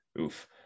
oof